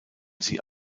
sie